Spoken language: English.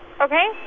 Okay